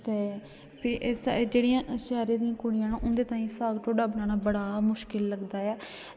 ते एह् जेह्ड़ियां शैह्रें दियां कुड़ियां न उंदे ताहीं साग ढोड्डा बनाना बड़ा ई मुश्कल लगदा ऐ